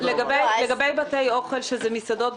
לגבי בתי אוכל שזה מסעדות,